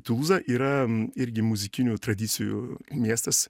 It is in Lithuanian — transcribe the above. tulūza yra irgi muzikinių tradicijų miestas